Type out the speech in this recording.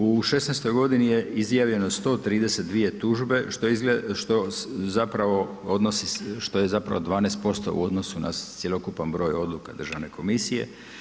U '16. godini je izjavljeno 132 tužbe, što zapravo, što je zapravo 12% u odnosu na cjelokupan broj odluka Državne komisije.